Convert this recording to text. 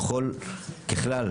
ככלל,